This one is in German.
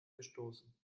gestoßen